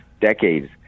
decades